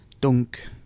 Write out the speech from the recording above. Dunk